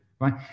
right